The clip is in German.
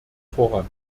voran